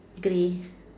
grey